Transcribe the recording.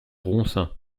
ronsin